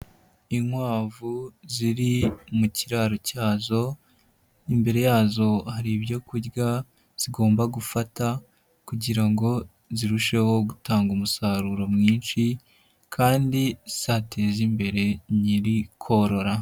Inkwavu ziri mu kiraro cyazo imbere yazo hari ibyokurya zigomba gufata kugira ngo zirusheho gutanga umusaruro mwinshi kandi zateza imbere nyiri korora.